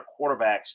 quarterbacks